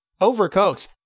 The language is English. overcoats